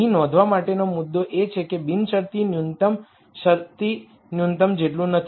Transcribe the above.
અહીં નોંધવા માટેનો મુખ્ય મુદ્દો એ છે કે બિનશરતી ન્યુનત્તમ શરતી ન્યુનત્તમ જેટલું નથી